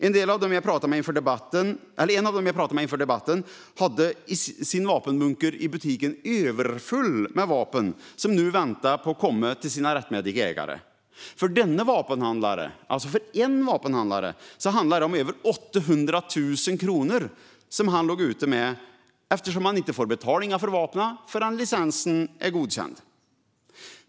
En av dem jag pratade med inför debatten hade sin vapenbunker i butiken överfull med vapen som nu väntade på att komma till sina rättmätiga ägare. För denne vapenhandlare - alltså för en vapenhandlare - handlade det om över 800 000 kronor som han låg ute med, eftersom han inte får betalningen för vapnen förrän licensen är godkänd.